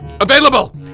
available